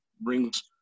brings